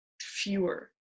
fewer